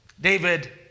David